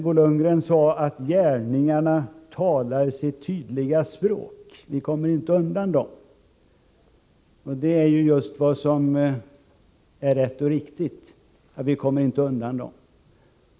Bo Lundgren sade också: Gärningarna talar sitt tydliga språk; ni kommer inte undan dem. Det är rätt och riktigt — vi kommer inte undan dem.